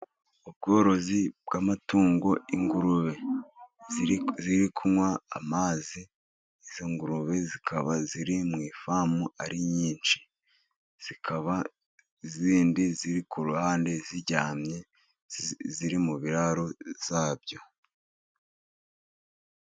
Ubworozi bw'amatungo. Ingurube ziri kunywa amazi, izo ngurube zikaba ziri mu ifamu ari nyinshi, zikaba izindi ziri ku ruhande ziryamye ziri mu biraro byazo.